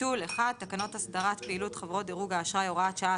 ביטול תקנות הסדרת פעילות חברות האשראי (הוראת שעה),